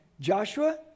Joshua